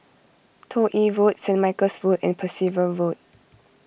Toh Yi Road Saint Michael's Road and Percival Road